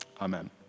Amen